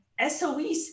SOEs